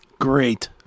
great